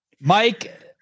Mike